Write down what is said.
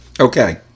okay